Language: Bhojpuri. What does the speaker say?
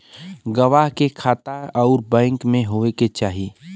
गवाह के खाता उ बैंक में होए के चाही